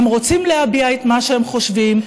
הם רוצים להביע את מה שהם חושבים.